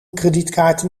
kredietkaarten